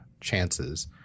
chances